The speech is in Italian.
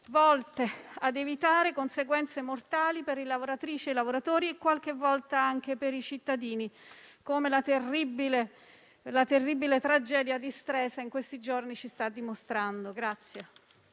tale da evitare conseguenze mortali per le lavoratrici e i lavoratori e qualche volta per i cittadini, come la terribile tragedia di Stresa in questi giorni ci sta dimostrando.